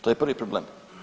To je prvi problem.